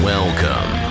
Welcome